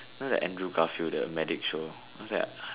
you know the Andrew-Garfield the medic show what's that